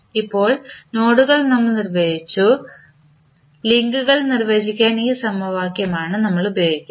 ഇപ്പോൾ നോഡുകൾ നമ്മൾ നിർവചിച്ചു ലിങ്കുകൾ നിർവചിക്കാൻ ഈ സമവാക്യം ആണ് നമ്മൾ ഉപയോഗിക്കുന്നത്